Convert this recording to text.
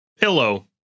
Pillow